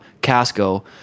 Casco